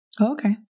Okay